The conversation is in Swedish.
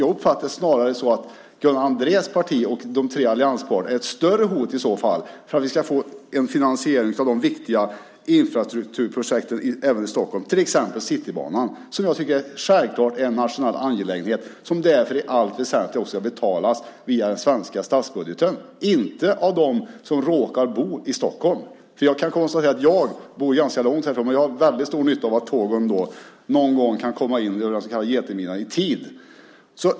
Jag uppfattar det snarare så att Gunnar Andréns parti och de tre allianspartierna är ett större hot i så fall för att vi ska få en finansiering av de viktiga infrastrukturprojekten även i Stockholm, till exempel Citybanan, som jag tycker självklart är en nationell angelägenhet som i allt väsentligt också ska betalas via den svenska statsbudgeten, inte av dem som råkar bo i Stockholm. Jag bor ganska långt härifrån, men jag har väldigt stor nytta av att tågen någon gång kan komma in genom den så kallade getingmidjan i tid.